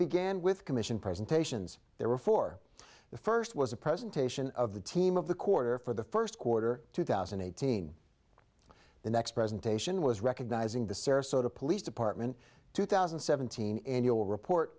began with commission presentations there were for the first was a presentation of the team of the quarter for the first quarter two thousand and eighteen the next presentation was recognising the sarasota police department two thousand and seventeen annual report